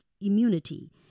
immunity